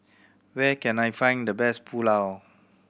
where can I find the best Pulao